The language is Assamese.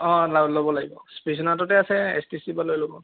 অ' ল'ব লাগিব ষ্টেচনতে আছে এ এছ টি চি পৰা লৈ ল'ব